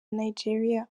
nigeria